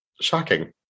Shocking